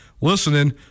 listening